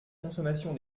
consommation